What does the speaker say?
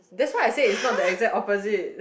that's why I say it's not the exact opposite